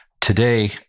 today